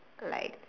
like